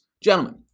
gentlemen